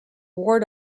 ward